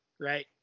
right